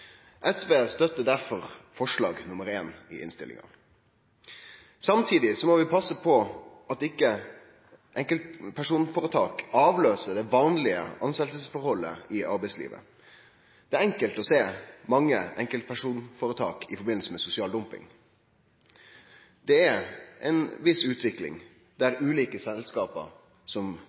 SV støttar derfor tilrådinga. Samtidig må vi passe på at ikkje enkeltpersonføretak avløyser det vanlege tilsetjingsforholdet i arbeidslivet. Det er enkelt å sjå mange enkeltpersonføretak i samband med sosial dumping. Det er ei viss utvikling der ulike selskap som